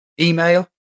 email